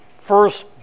first